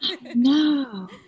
no